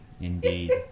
Indeed